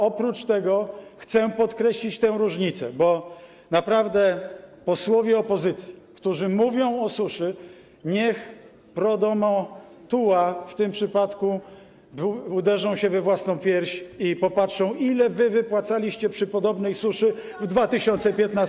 Oprócz tego chcę podkreślić tę różnicę, bo naprawdę posłowie opozycji, którzy mówią o suszy, niech pro domo sua w tym przypadku, uderzą się we własną pierś i popatrzą, ile wy wypłacaliście przy podobnej suszy w 2015 r.